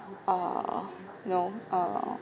err you know err